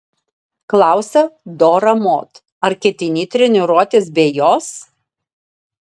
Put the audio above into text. klausia dora mod ar ketini treniruotis be jos